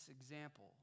example